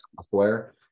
software